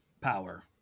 power